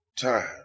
time